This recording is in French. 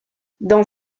dans